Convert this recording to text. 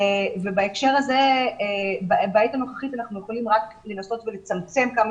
ובהקשר הזה בעת הנוכחית אנחנו יכולים רק לנסות ולצמצם כמה